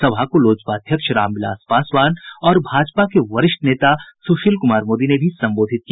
सभा को लोजपा अध्यक्ष रामविलास पासवान और भाजपा के वरिष्ठ नेता सुशील कुमार मोदी ने भी संबोधित किया